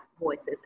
voices